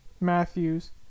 Matthews